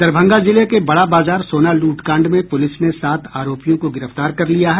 दरभंगा जिले के बड़ा बाजार सोना लूटकांड में पुलिस ने सात आरोपियों को गिरफ्तार कर लिया है